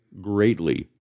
greatly